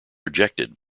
rejected